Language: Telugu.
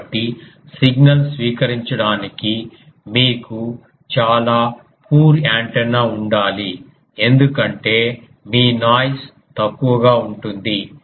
కాబట్టి సిగ్నల్ స్వీకరించడానికి మీకు చాలా పూర్ యాంటెన్నా ఉండాలి ఎందుకంటే మీ నాయిస్ తక్కువగా ఉంటుంది